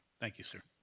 thank you, sir.